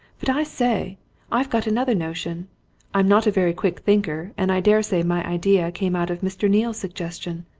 but i say i've got another notion i'm not a very quick thinker, and i daresay my idea came out of mr. neale's suggestion.